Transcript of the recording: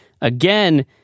again